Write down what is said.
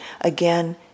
again